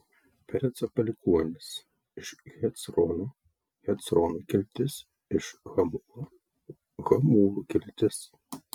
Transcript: pereco palikuonys iš hecrono hecronų kiltis iš hamulo hamulų kiltis